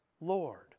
Lord